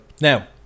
Now